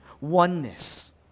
oneness